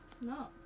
No